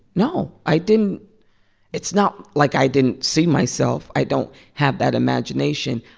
no, i didn't it's not like i didn't see myself. i don't have that imagination.